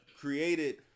created